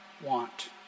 want